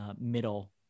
middle